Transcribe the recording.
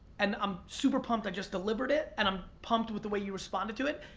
and i'm super pumped i just delivered it, and i'm pumped with the way you responded to it,